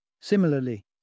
Similarly